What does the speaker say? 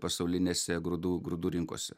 pasaulinėse grūdų grūdų rinkose